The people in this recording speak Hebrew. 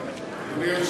אדוני.